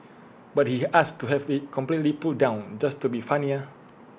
but he asked to have IT completely pulled down just to be funnier